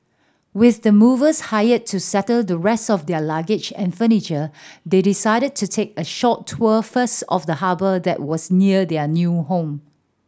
with the movers hired to settle the rest of their luggage and furniture they decided to take a short tour first of the harbour that was near their new home